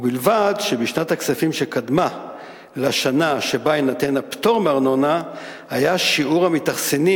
ובלבד שבשנת הכספים שקדמה לשנה שבה יינתן הפטור מארנונה היה שיעור המתאכסנים